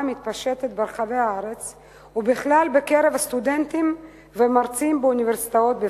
המתפשטת ברחבי הארץ בכלל ובקרב סטודנטים ומרצים באוניברסיטאות,